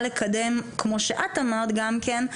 כמו שאת אמרת גם כן,